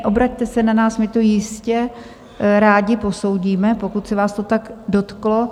Obraťte se na nás, my to jistě rádi posoudíme, pokud se vás to tak dotklo.